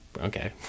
okay